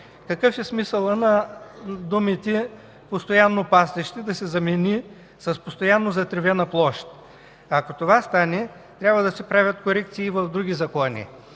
Какъв е смисълът на думите „постоянно пасище” да се замени с „постоянно затревена площ”? Ако това стане, трябва да се правят корекции в други закони.